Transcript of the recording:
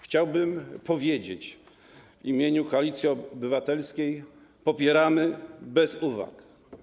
Chciałbym powiedzieć w imieniu Koalicji Obywatelskiej: popieramy bez uwag.